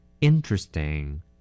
interesting